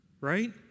right